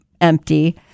empty